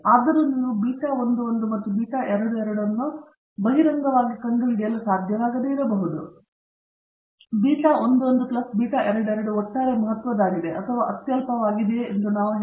ಆದರೂ ನೀವು ಬೀಟಾ 11 ಮತ್ತು ಬೀಟಾ 22 ಅನ್ನು ಬಹಿರಂಗವಾಗಿ ಕಂಡುಹಿಡಿಯಲು ಸಾಧ್ಯವಾಗದೆ ಇರಬಹುದು ಬೀಟಾ 11 ಪ್ಲಸ್ ಬೀಟಾ 22 ಒಟ್ಟಾರೆ ಮಹತ್ವದ್ದಾಗಿದೆ ಅಥವಾ ಅತ್ಯಲ್ಪವಾಗಿದೆಯೆ ಎಂದು ನಾವು ಹೇಳುತ್ತೇವೆ